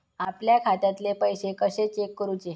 आपल्या खात्यातले पैसे कशे चेक करुचे?